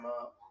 up